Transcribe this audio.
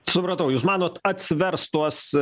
supratau jūs manot atsvers tuos